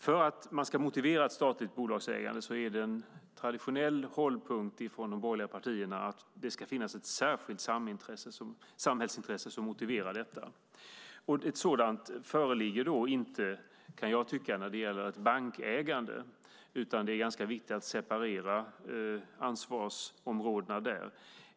För att motivera ett statligt bolagsägande är det en traditionell hållpunkt från de borgerliga partierna att det ska finnas ett särskilt samhällsintresse. Ett sådant föreligger inte när det gäller ett bankägande, kan jag tycka, utan det är ganska viktigt att separera ansvarsområdena där.